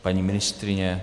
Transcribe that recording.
Paní ministryně?